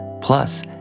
plus